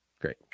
Great